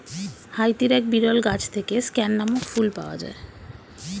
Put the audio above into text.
হাইতির এক বিরল গাছ থেকে স্ক্যান নামক ফুল পাওয়া যায়